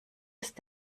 ist